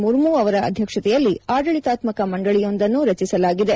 ಮುರ್ಮು ಅವರ ಅಧ್ಯಕ್ಷತೆಯಲ್ಲಿ ಆಡಳಿತಾತ್ಮಕ ಮಂಡಳಿಯೊಂದನ್ನು ರಚಿಸಲಾಗಿದೆ